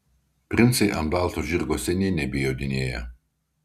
princai ant balto žirgo seniai nebejodinėja